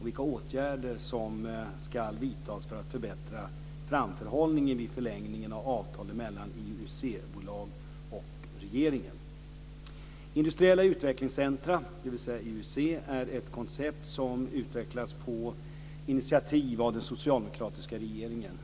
och vilka åtgärder som ska vidtas för att förbättra framförhållningen vid förlängningen av avtalen mellan IUC-bolag och regeringen. Industriella utvecklingscentrum, IUC, är ett koncept som utvecklats på initiativ av den socialdemokratiska regeringen.